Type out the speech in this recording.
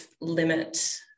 limit